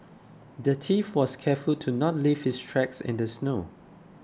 the thief was careful to not leave his tracks in the snow